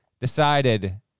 decided